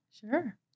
sure